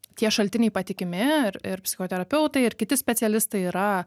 tie šaltiniai patikimi ir ir psichoterapeutai ir kiti specialistai yra